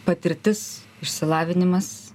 patirtis išsilavinimas